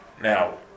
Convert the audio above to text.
Now